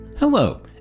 Hello